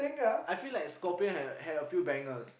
I feel like Scorpion had had a few bangers